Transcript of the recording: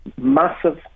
massive